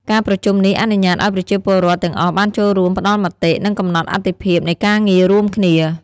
ការប្រជុំនេះអនុញ្ញាតឲ្យប្រជាពលរដ្ឋទាំងអស់បានចូលរួមផ្តល់មតិ និងកំណត់អាទិភាពនៃការងាររួមគ្នា។